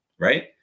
Right